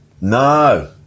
No